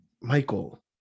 Michael